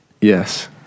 Yes